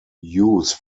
use